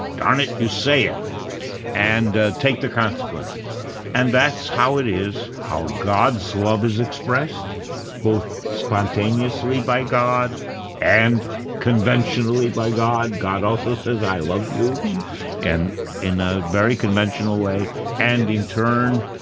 darn it, you say it and ah take the consequences and that's how it is, how god's love is expressed both spontaneously by god and conventionally by god. god also says i love you and in a very conventional way and in turn,